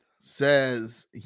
says